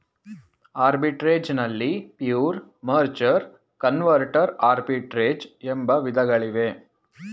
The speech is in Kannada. ಆರ್ಬಿಟ್ರೆರೇಜ್ ನಲ್ಲಿ ಪ್ಯೂರ್, ಮರ್ಜರ್, ಕನ್ವರ್ಟರ್ ಆರ್ಬಿಟ್ರೆರೇಜ್ ಎಂಬ ವಿಧಗಳಿವೆ